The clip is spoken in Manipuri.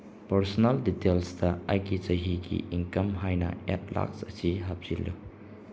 ꯄꯔꯁꯅꯦꯜ ꯗꯤꯇꯦꯜꯁꯇ ꯑꯩꯒꯤ ꯆꯍꯤꯒꯤ ꯏꯟꯀꯝ ꯍꯥꯏꯅ ꯑꯩꯠ ꯂꯥꯈꯁ ꯑꯁꯤ ꯍꯥꯞꯆꯤꯜꯂꯨ